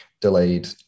delayed